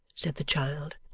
said the child,